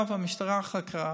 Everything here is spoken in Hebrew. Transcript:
המשטרה חקרה,